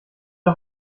wir